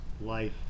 life